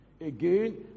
Again